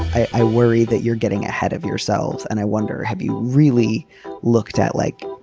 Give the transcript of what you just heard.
i worry that you're getting ahead of yourselves. and i wonder, have you really looked at, like,